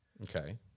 Okay